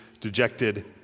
dejected